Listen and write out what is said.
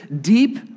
deep